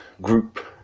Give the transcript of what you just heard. group